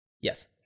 Yes